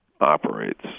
operates